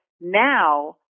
now